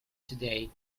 today